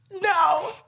No